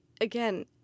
again